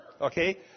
Okay